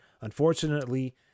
Unfortunately